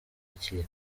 hakiri